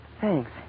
Thanks